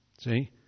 see